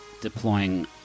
deploying